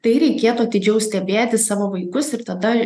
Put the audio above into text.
tai reikėtų atidžiau stebėti savo vaikus ir tada